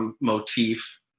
motif